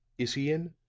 is he in?